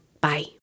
Bye